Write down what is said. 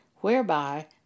whereby